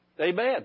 Amen